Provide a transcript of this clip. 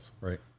right